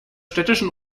städtischen